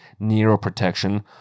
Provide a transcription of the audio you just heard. neuroprotection